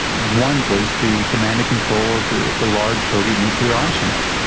one was the commanding control of the the large soviet nuclear arsenal,